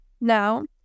now